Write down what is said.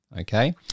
Okay